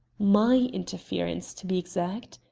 my interference, to be exact,